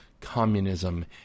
communism